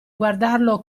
guardarlo